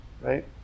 right